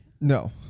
No